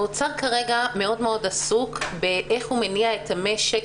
האוצר כרגע מאוד מאוד עסוק באיך הוא מניע את המשק,